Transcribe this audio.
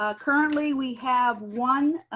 ah currently we have one.